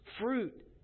fruit